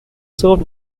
served